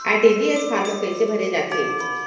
RTGS form कइसे भरे जाथे?